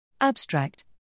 Abstract